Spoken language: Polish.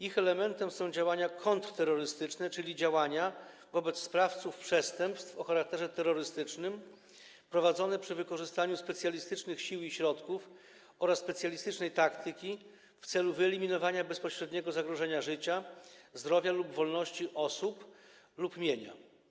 Ich elementem są działania kontrterrorystyczne, czyli działania wobec sprawców przestępstw o charakterze terrorystycznym, prowadzone przy wykorzystaniu specjalistycznych sił i środków oraz specjalistycznej taktyki w celu wyeliminowania bezpośredniego zagrożenia życia, zdrowia lub wolności osób lub mienia.